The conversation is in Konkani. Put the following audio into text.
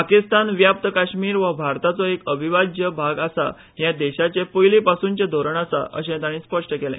पाकिस्तान व्याप्त काश्मीर हो भारताचो एक अविभाज्य भाग आसा हे देशाचे पयलीपासूनचे धोरण आसा अशेंय ताणी स्पष्ट केले